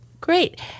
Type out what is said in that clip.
Great